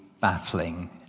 baffling